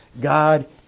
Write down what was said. God